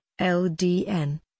LDN